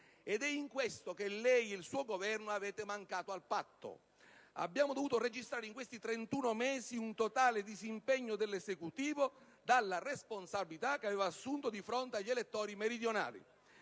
È in questo che lei ed il suo Governo avete mancato al patto. Abbiamo dovuto registrare in questi 31 mesi un totale disimpegno dell'Esecutivo dalla responsabilità che aveva assunto di fronte agli elettori meridionali.